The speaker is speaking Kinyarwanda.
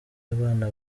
abana